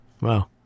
Wow